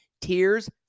tears